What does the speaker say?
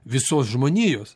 visos žmonijos